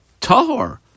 Tahor